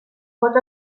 pot